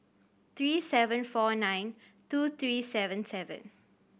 three seven four nine two three seven seven